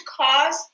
cause